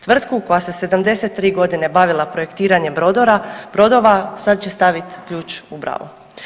Tvrtku koja se 73 godine bavila projektiranjem brodova sad će staviti ključ u bravu.